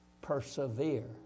persevere